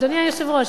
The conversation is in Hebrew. אדוני היושב-ראש,